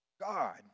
God